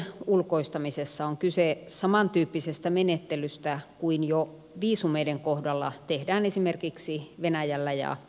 oleskelulupatehtävien ulkoistamisessa on ky se samantyyppisestä menettelystä kuin jo viisumeiden kohdalla tehdään esimerkiksi venäjällä ja ukrainassa